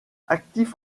actif